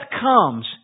comes